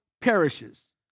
perishes